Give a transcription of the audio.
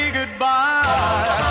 goodbye